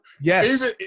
Yes